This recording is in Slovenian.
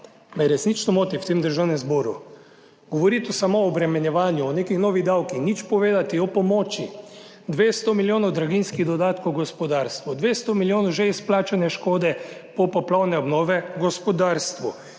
resnično moti v tem državnem zboru, govoriti samo o obremenjevanju, o nekih novih davkih, nič povedati o pomoči – 200 milijonov draginjskih dodatkov gospodarstvu, 200 milijonov že izplačane škode popoplavne obnove gospodarstvu,